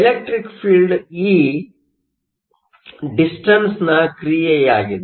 electric ಫೀಲ್ಡ್Electreic fieldE ಡಿಸ್ಟನ್ಸ್Distanceನ ಕ್ರಿಯೆಯಾಗಿದೆ